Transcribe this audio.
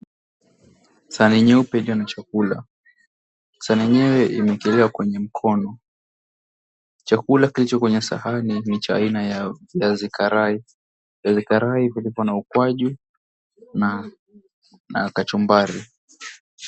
Sahani nyeupe iliyo na chakula. Sahani yenyewe imeekelewa kwenye mkono. Chakula kilicho kwenye sahani ni cha aina ya viazi karai. Viazi karai vilivyo na ukwaju na kachumbari.